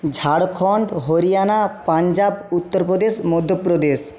Jharkhand Haryana Punjab Uttar Pradesh Madhya Pradesh